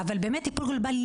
טיפול גלובלי.